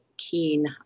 keen